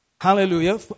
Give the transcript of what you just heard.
Hallelujah